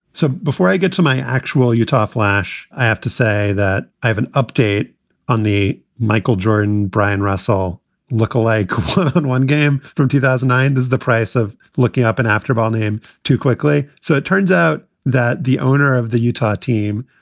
so before i get to my actual utah flash, i have to say that i have an update on the michael jordan brian russell lookalike on one game from two thousand and nine. the price of looking up and after bond him too quickly. so it turns out that the owner of the utah team,